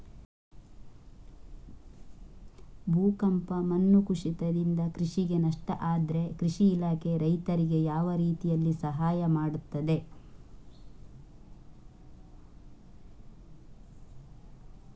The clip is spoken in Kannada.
ಭೂಕಂಪ, ಮಣ್ಣು ಕುಸಿತದಿಂದ ಕೃಷಿಗೆ ನಷ್ಟ ಆದ್ರೆ ಕೃಷಿ ಇಲಾಖೆ ರೈತರಿಗೆ ಯಾವ ರೀತಿಯಲ್ಲಿ ಸಹಾಯ ಮಾಡ್ತದೆ?